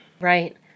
Right